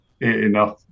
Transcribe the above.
enough